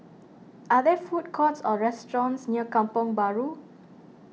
are there food courts or restaurants near Kampong Bahru